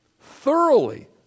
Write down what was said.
Thoroughly